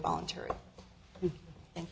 voluntary and